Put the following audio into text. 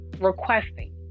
requesting